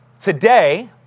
Today